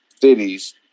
cities